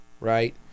right